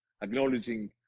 acknowledging